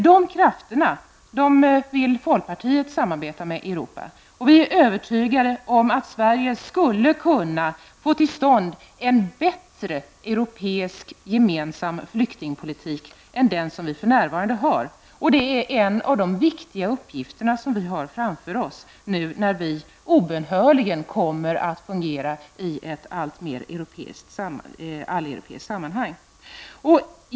Dessa krafter vill folkpartiet samarbeta med i Europa. Vi är övertygade om att Sverige skulle kunna få till stånd en bättre europeisk och gemensam flyktingpolitik än den som förs för närvarande. Det är en av de viktiga uppgifter som vi har framför oss när vi nu obönhörligen kommer att fungera i ett allt större alleuropeiskt sammanhang.